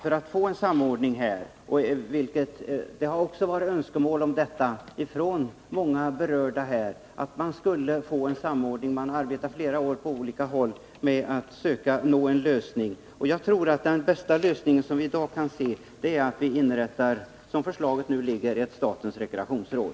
Många berörda har också önskat sig detta. Man har arbetat flera år på att komma fram till en lösning. Jag tror att den bästa lösning som vi kan nå i dag är att man inrättar, som förslaget nu ligger, ett statens rekreationsråd.